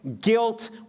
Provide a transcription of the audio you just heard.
guilt